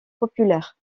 populaires